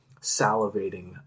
salivating